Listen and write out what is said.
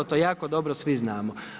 To jako dobro svi znamo.